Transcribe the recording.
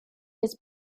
his